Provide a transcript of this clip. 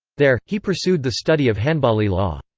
there, he pursued the study of hanbali law.